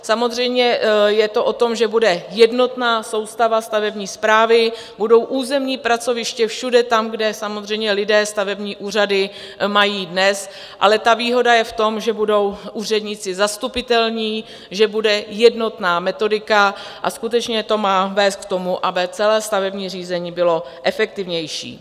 Samozřejmě je to o tom, že bude jednotná soustava stavební správy, budou územní pracoviště všude tam, kde samozřejmě lidé stavební úřady mají dnes, ale výhoda je v tom, že budou úředníci zastupitelní, že bude jednotná metodika, a skutečně to má vést k tomu, aby celé stavební řízení bylo efektivnější.